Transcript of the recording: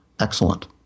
excellent